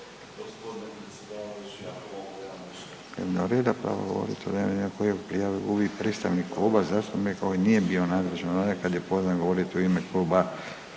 Hvala.